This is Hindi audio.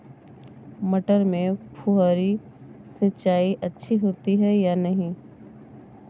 मटर में फुहरी सिंचाई अच्छी होती है या नहीं?